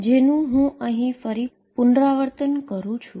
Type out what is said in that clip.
જેનુ હું અહી ફરી પુનરાવર્તન કરું છું